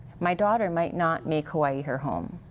my daughter might not make hawai'i her home.